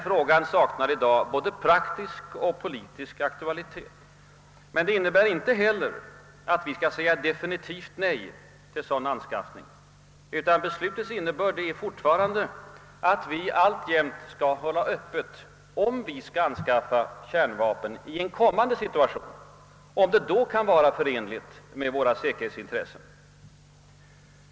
Frågan saknar i dag praktisk och politisk aktualitet. Men det innebär inte heller, att vi skall säga definitivt nej till sådan anskaffning. Beslutets innebörd är fortfarande att vi alltjämt skall hålla öppet, om vi skall anskaffa kärnvapen i en kommande situation, om det då kan vara förenligt med våra säkerhetsintressen.